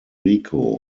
rico